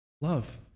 love